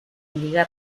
lliga